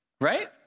right